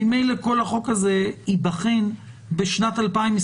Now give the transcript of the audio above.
ממילא כל החוק הזה ייבחן בשנת 2023